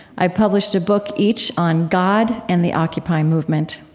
i published a book each on god and the occupy movement.